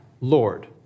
Lord